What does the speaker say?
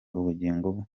ubugingo